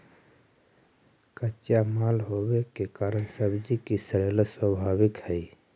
कच्चा माल होवे के कारण सब्जि के सड़ेला स्वाभाविक हइ